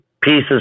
pieces